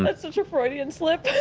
but such a freudian slip.